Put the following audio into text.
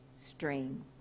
stream